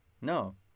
No